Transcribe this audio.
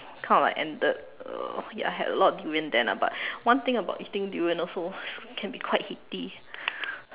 kind of like ended uh ya I had a lot of durian then ah but one thing about eating durian also it can be quite heaty